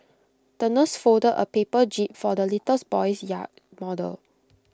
the nurse folded A paper jib for the little boy's yacht model